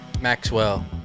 Maxwell